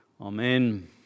Amen